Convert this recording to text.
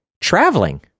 traveling